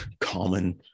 common